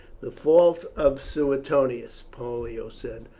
the fault of suetonius, pollio said,